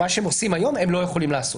מה שהם עושים היום, הם לא יכולים לעשות.